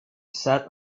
sat